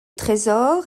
trésor